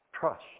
trust